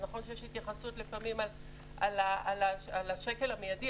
אז נכון שיש התייחסות לפעמים על השקל המיידי,